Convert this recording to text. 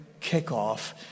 kickoff